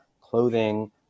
clothing